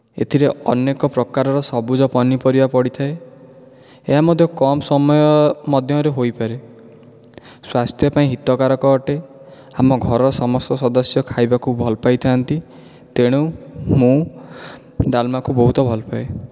ଏଥିରେ ଅନେକ ପ୍ରକାରର ସବୁଜ ପନିପରିବା ପଡ଼ିଥାଏ ଏହା ମଧ୍ୟ କମ ସମୟ ମଧ୍ୟରେ ହୋଇପାରେ ସ୍ୱାସ୍ଥ୍ୟ ପାଇଁ ହିତକାରକ ଅଟେ ଆମ ଘର ସମସ୍ତ ସଦସ୍ୟ ଖାଇବାକୁ ଭଲ ପାଇଥାନ୍ତି ତେଣୁ ମୁଁ ଡାଲମାକୁ ବହୁତ ଭଲ ପାଏ